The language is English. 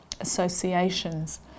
associations